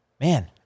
man